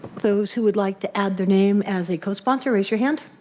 those who would like to add their name as a cosponsor, raise your hand.